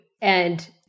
And-